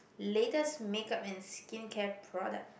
latest make-up and skincare product